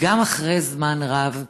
גם אחרי זמן רב.